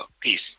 Peace